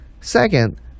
Second